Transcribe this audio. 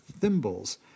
thimbles